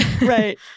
Right